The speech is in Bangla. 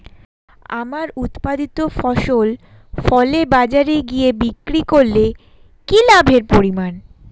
আমার উৎপাদিত ফসল ফলে বাজারে গিয়ে বিক্রি করলে কি লাভের পরিমাণ?